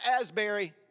Asbury